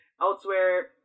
Elsewhere